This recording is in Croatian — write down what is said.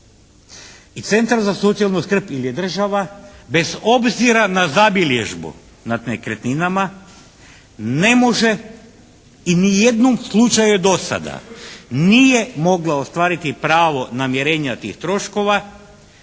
i Centar za socijalnu skrbi ili država bez obzira na zabilježbu nad nekretninama ne može i ni jednom slučaju do sada nije mogla ostvariti pravo namirenja tih troškova